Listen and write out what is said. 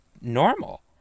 normal